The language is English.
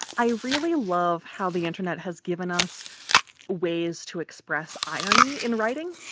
i really love how the internet has given us ways to express irony in writing.